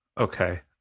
Okay